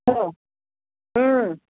हो